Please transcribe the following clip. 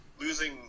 losing